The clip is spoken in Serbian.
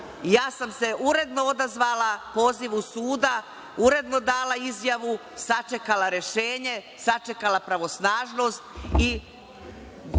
Ja sam se uredno odazvala pozivu suda, uredno dala izjavu, sačekala rešenje, sačekala pravosnažnost i